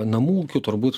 namų ūkių turbūt